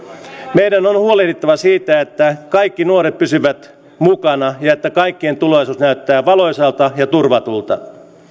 meidän on on huolehdittava siitä että kaikki nuoret pysyvät mukana ja ja että kaikkien tulevaisuus näyttää valoisalta ja turvatulta